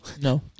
No